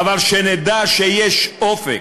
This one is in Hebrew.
אבל שנדע שיש אופק.